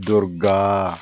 Durga